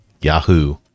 Yahoo